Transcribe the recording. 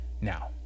Now